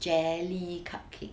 jelly cupcake